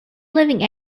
living